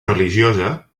religiosa